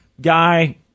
guy